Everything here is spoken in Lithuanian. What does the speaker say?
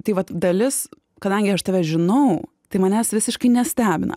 tai vat dalis kadangi aš tave žinau tai manęs visiškai nestebina